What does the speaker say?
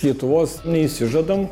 lietuvos neišsižadam